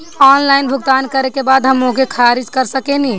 Online भुगतान करे के बाद हम ओके खारिज कर सकेनि?